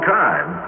time